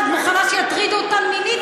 שאת מוכנה שיטרידו אותן מינית,